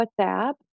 WhatsApp